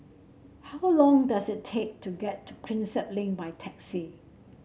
how long does it take to get to Prinsep Link by taxi